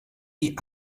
die